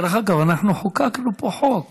דרך אגב, אנחנו חוקקנו פה חוק.